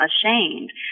ashamed